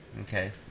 okay